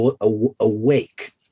awake